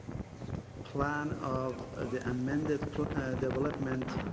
plan of the amended development